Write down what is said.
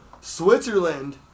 Switzerland